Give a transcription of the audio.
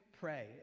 pray